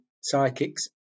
psychics